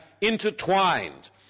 intertwined